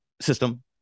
system